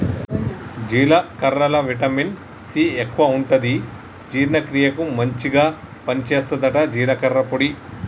జీలకర్రల vitamin C ఎక్కువుంటది జీర్ణ క్రియకు మంచిగ పని చేస్తదట జీలకర్ర పొడి